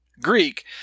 Greek